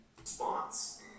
Response